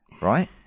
Right